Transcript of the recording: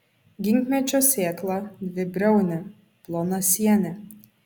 ginkmedžio sėkla dvibriaunė plonasienė